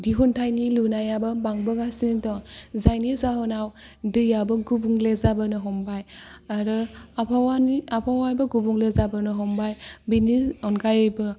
दिहुनथायनि लुनायाबो बांबोगासिनो दं जायनि जाहोनाव दैयाबो गुबुंल जाबोनो हमबाय आरो आबहावानि आबहावायाबो गुबुंले जाबोनो हमबाय बिनि अनगायैबो